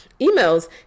emails